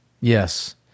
Yes